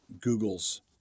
Google's